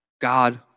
God